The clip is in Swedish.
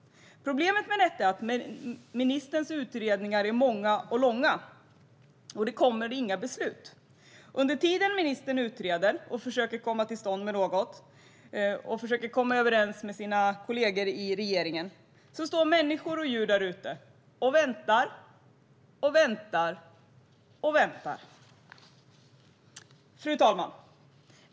Problemet med detta är att ministerns utredningar är många och långa, och det kommer inga beslut. Under tiden som ministern utreder och försöker komma till stånd med något och försöker komma överens med sina kollegor i regeringen står människor och djur där ute och väntar och väntar. Fru talman!